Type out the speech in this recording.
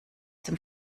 dem